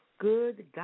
good